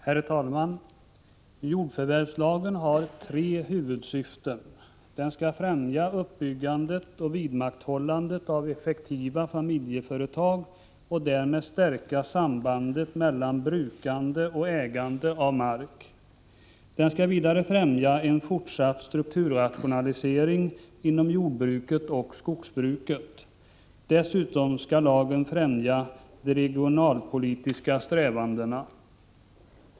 Herr talman! Jordförvärvslagen har tre huvudsyften. Den skall främja uppbyggandet och vidmakthållandet av effektiva familjeföretag och därmed stärka sambandet mellan brukande och ägande av mark. Den skall vidare främja en fortsatt strukturrationalisering inom jordbruket och skogsbruket. Dessutom skall lagen främja de regionalpolitiska strävandena.